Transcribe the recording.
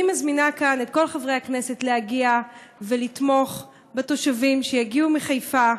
אני מזמינה כאן את כל חברי הכנסת להגיע ולתמוך בתושבים שיגיעו מחיפה,